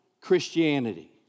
Christianity